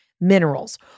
minerals